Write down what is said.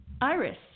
Iris